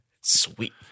Sweet